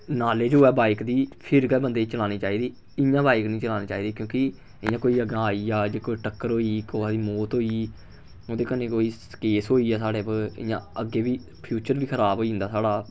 knowledge होऐ bike दी फिर गै बंदे गी चलानी चाहिदी इ'यां बाइक निं चलानी चाहिदी क्योंकि जियां कोई अग्गें आई जा जां कोई टक्कर होई गेई कुसै दी मौत होई गेई ओहदे कन्नै कोई केस होई गेआ साढ़े उप्पर इ'यां अग्गें बी फ्यूचर बी खराब होई जंदा साढ़ा